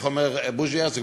איך אומר בוז'י הרצוג?